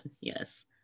yes